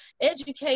educate